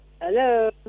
Hello